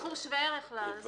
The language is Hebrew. אבל בסכום שווה ערך לטור השקלי.